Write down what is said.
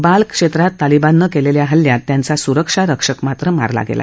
bulk क्षेत्रात तालिबाननं केलेल्या हल्ल्यात त्यांचा सुरक्षा रक्षक मात्र मारला गेला